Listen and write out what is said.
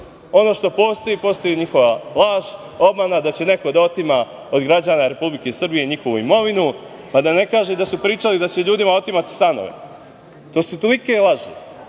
što postoji, postoji njihova laž, obmana da će neko da otima od građana Republike Srbije njihovu imovinu, a da ne kažem da su pričali da će ljudima otimati stanove. To su tolike laži